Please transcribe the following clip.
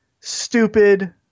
stupid